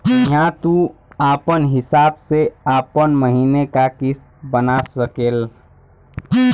हिंया तू आपन हिसाब से आपन महीने का किस्त बना सकेल